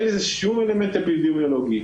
אין בזה שום אלמנט אפידמיולוגי.